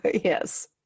Yes